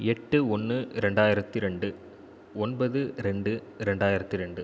எட்டு ஒன்று ரெண்டாயிரத்தி ரெண்டு ஒன்பது ரெண்டு ரெண்டாயிரத்தி ரெண்டு